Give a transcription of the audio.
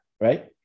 right